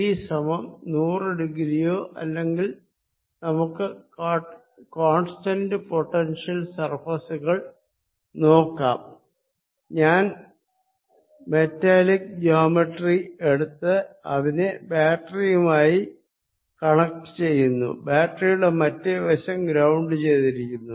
T സമം നൂറ് degree യോ അല്ലെങ്കിൽ നമുക്ക് കോൺസ്റ്റന്റ് പൊട്ടൻഷ്യൽ സർഫേസുകൾ നോക്കാം ഞാൻ മെറ്റാലിക് ജോമെട്രി എടുത്ത് അതിനെ ബാറ്ററിയുമായി കണക്ട് ചെയ്യുന്നു ബാറ്ററിയുടെ മറ്റേ വശം ഗ്രൌണ്ട് ചെയ്തിരിക്കുന്നു